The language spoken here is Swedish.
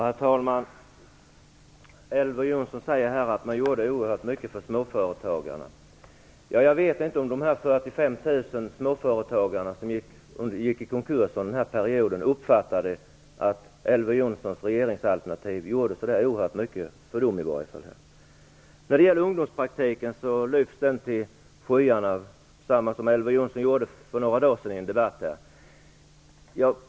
Herr talman! Elver Jonsson säger att man gjorde oerhört mycket för småföretagarna. Jag undrar om de 45 000 småföretagare som gick i konkurs under den aktuella perioden uppfattade det så att den borgerliga regeringen gjorde så oerhört mycket för just dem. Elver Jonsson lyfter här ungdomspraktiken till skyarna, på samma sätt som han gjorde i en debatt för några dagar sedan.